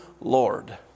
Lord